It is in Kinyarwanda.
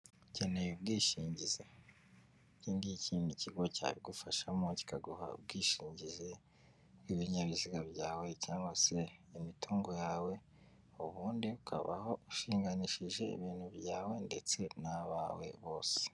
Ukeneye ubwishingizi, iki ngiki ni kigo cyabigufashamo kikaguha ubwishingizi bw'ibinyabiziga byawe cyangwe se imitungo yawe, ubundi ukabaho ushinganishije ibintu byawe ndetse n'abawe bose.